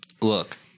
Look